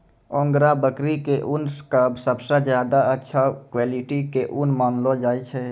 angora बकरी के ऊन कॅ सबसॅ ज्यादा अच्छा क्वालिटी के ऊन मानलो जाय छै